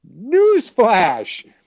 Newsflash